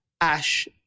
Ash